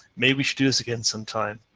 maybe we should do this again some time.